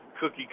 cookie